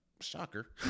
shocker